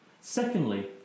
Secondly